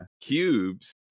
Cubes